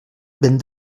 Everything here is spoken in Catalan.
vent